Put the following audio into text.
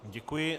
Děkuji.